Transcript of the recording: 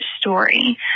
story